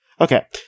Okay